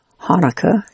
Hanukkah